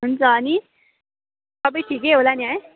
हुन्छ अनि सबै ठिकै होला नि है